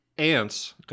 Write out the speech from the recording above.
Ants